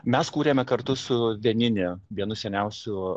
mes kūrėme kartu su denini vienu seniausių